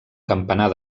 campanar